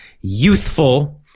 youthful